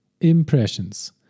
Impressions